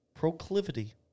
Proclivity